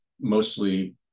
mostly